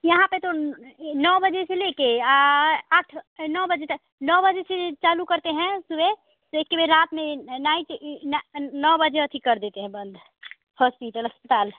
यहाँ पर तो ए नौ बजे से लेकर आ आठ नौ बजे तक नौ बजे से जे चालू करते हैं सुबेह तो एक्के बेर रात में नाइट ई नौ बजे अथी कर देते हैं बंद हॉस्पिटल अस्पताल